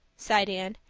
sighed anne.